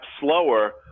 slower